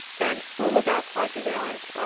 and flulaval quadrivalent,